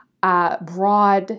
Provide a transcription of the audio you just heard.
Broad